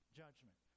judgment